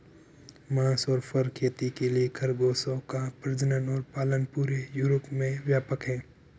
मांस और फर खेती के लिए खरगोशों का प्रजनन और पालन पूरे यूरोप में व्यापक है